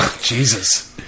Jesus